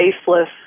faceless